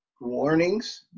warnings